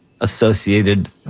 associated